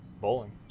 Bowling